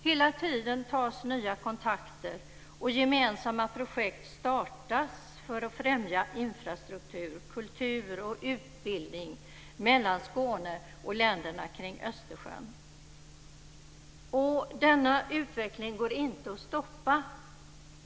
Hela tiden tas nya kontakter, och gemensamma projekt startas för att främja infrastruktur, kultur och utbildning mellan Skåne och länderna kring Östersjön. Denna utveckling går inte att stoppa.